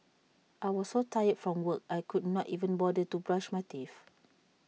I was so tired from work I could not even bother to brush my teeth